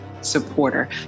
supporter